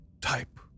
type